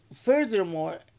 furthermore